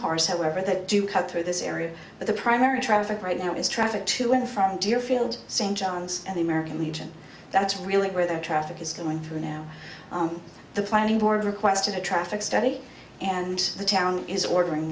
cars however that do cut through this area but the primary traffic right now is traffic to in from deerfield st john's at the american legion that's really where the traffic is going through now the planning board requested a traffic study and the town is ordering